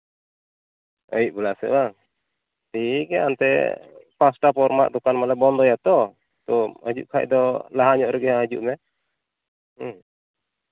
ᱟᱹᱭᱩᱵ ᱵᱮᱲᱟ ᱥᱮᱫ ᱦᱮᱸᱵᱟᱝ ᱴᱷᱤᱠ ᱜᱮᱭᱟ ᱮᱱᱛᱮᱫ ᱯᱟᱸᱪᱴᱟ ᱯᱚᱨᱢᱟ ᱫᱚᱠᱟᱱ ᱢᱟᱞᱮ ᱵᱚᱱᱫᱚᱭᱟ ᱛᱚ ᱛᱳ ᱦᱤᱡᱩᱜ ᱠᱷᱟᱱ ᱫᱚ ᱞᱟᱦᱟ ᱧᱚᱜ ᱨᱮᱜᱮ ᱦᱟᱸᱜ ᱦᱤᱡᱩᱜ ᱢᱮ ᱦᱮᱸ